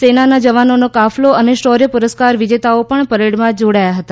સેનાના જવાનોનો કાફલો અને શૌર્ય પુરસ્કાર વિજેતાઓ પણ પરેડમાં જોડાયા હતા